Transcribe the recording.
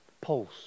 pulse